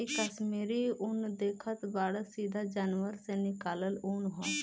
इ कश्मीरी उन देखतऽ बाड़ऽ सीधा जानवर से निकालल ऊँन ह